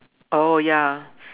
oh ya